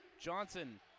Johnson